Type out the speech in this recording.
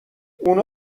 اونا